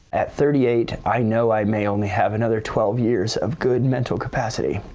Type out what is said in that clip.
at thirty eight i know i may only have another twelve years of good mental capacity.